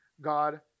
God